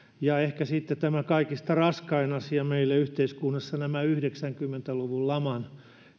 ja ehkä sitten tämä kaikista raskain asia meille yhteiskunnassa nämä yhdeksänkymmentä luvun laman